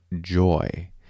joy